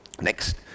Next